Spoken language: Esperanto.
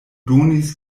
donis